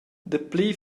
dapli